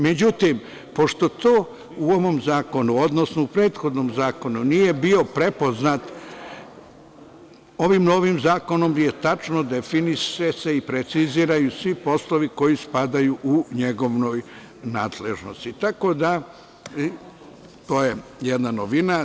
Međutim, pošto to u ovom zakonu, odnosno u prethodnom zakonu nije bio prepoznat, ovim novim zakonom se tačno definiše i preciziraju svi poslovi koji spadaju u njegovu nadležnost, tako da je to jedna novina.